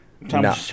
No